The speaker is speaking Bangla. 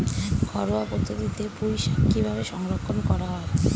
ঘরোয়া পদ্ধতিতে পুই শাক কিভাবে সংরক্ষণ করা হয়?